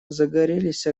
загорелись